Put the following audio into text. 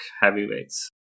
heavyweights